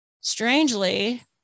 Strangely